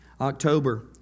October